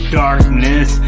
darkness